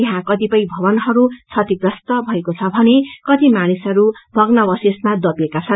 यहाँ कतिपय भवनहरू क्षतिग्रस्त भएको छ भने कति मानिसहरू भग्नावशेषमा दबिएका छन्